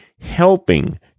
Helping